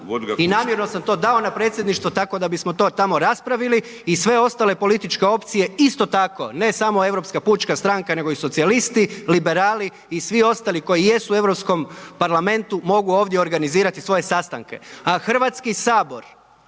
I namjerno sam to dao na predsjedništvo tako da bismo to tamo raspravili i sve ostale političke opcije isto tako, ne samo Europska pučka stranka nego i socijalisti, liberali i svi ostali koji jesu u Europskom parlamentu mogu ovdje organizirati svoje sastanke. A Hrvatski sabor